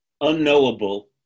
unknowable